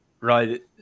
Right